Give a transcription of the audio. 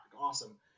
awesome